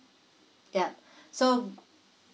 yup so